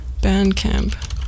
Bandcamp